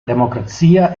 democrazia